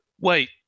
wait